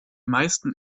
meisten